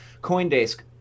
CoinDesk